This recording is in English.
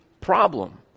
problem